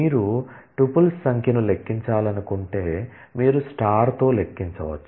మీరు టుపుల్స్ సంఖ్యను లెక్కించాలనుకుంటే మీరు తో లెక్కించవచ్చు